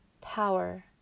power